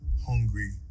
hungry